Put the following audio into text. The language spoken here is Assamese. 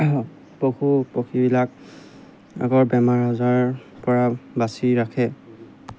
পশু পক্ষীবিলাক আগৰ বেমাৰ আজাৰ পৰা বাচি ৰাখে